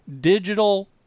digital